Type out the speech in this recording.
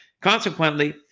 Consequently